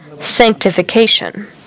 sanctification